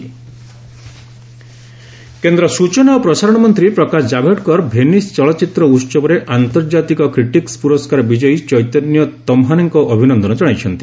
ପ୍ରକାଶ ଜାଭେଡକର କେନ୍ଦ୍ର ସୂଚନା ଓ ପ୍ରସାରଣ ମନ୍ତ୍ରୀ ପ୍ରକାଶ କାଭେଡକର ଭେନିସ୍ ଚଳଚ୍ଚିତ୍ର ଉତ୍ସବରେ 'ଆନ୍ତର୍ଜାତିକ କ୍ରିଟିକ୍ସ ପୁରସ୍କାର ବିଜୟୀ ଚୈତନ୍ୟ ତମ୍ହାନେଙ୍କୁ ଅଭିନନ୍ଦନ ଜଣାଇଛନ୍ତି